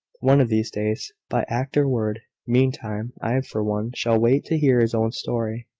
one of these days, by act or word. meantime, i, for one, shall wait to hear his own story.